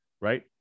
right